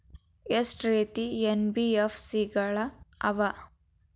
ಎಷ್ಟ ರೇತಿ ಎನ್.ಬಿ.ಎಫ್.ಸಿ ಗಳ ಅವ?